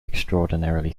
extraordinarily